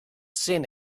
seen